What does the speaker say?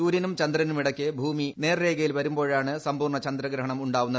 സൂര്യനും ചന്ദ്രനും ഇടയ്ക്ക് ഭൂമി നേർരേഖയിൽ വരുമ്പോഴാണ് സമ്പൂർണ്ണ ചന്ദ്രഗ്രഹണം ഉണ്ടാവുന്നത്